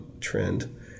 Trend